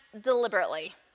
deliberately